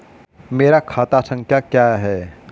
मेरा खाता संख्या क्या है?